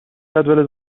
جدول